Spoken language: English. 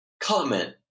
Comment